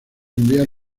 enviar